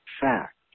fact